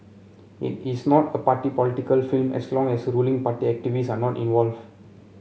it is not a party political film as long as ruling party activists are not involve